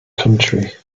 country